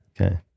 Okay